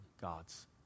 God's